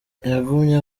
yagumye